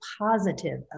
positive